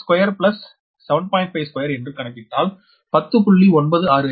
52என்று கணக்கிட்டால் 10